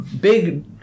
big